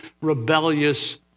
rebellious